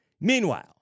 meanwhile